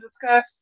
discuss